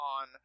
on